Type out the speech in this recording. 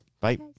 bye